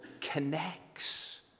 connects